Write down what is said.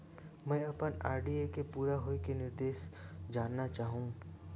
मैं अपन आर.डी के पूरा होये के निर्देश जानना चाहहु